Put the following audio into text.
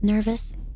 Nervous